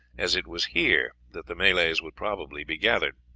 as it was here that the malays would probably be gathered.